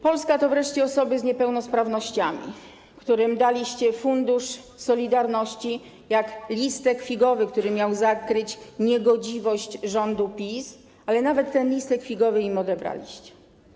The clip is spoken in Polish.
Polska to wreszcie osoby z niepełnosprawnościami, którym daliście fundusz solidarności, jak listek figowy, który miał zakryć niegodziwość rządu PiS-u - ale nawet ten listek figowy im odebraliście.